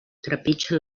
trepitgen